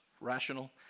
rational